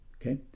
Okay